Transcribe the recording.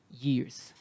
years